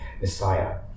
Messiah